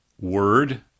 word